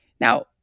Now